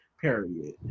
period